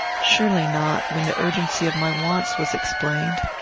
surely not, when the urgency of my wants was explained.